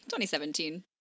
2017